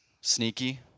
sneaky